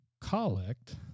collect